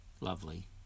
Lovely